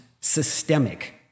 systemic